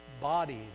bodies